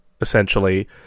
essentially